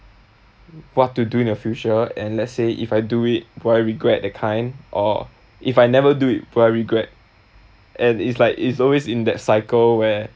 what to do in the future and let's say if I do it will I regret that kind or if I never do it will I regret and it's like it's always in that cycle where